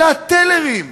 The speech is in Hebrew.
אלא הטלרים,